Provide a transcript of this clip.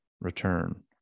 return